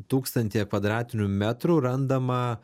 tūkstantyje kvadratinių metrų randama